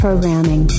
Programming